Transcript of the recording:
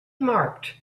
marked